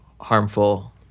harmful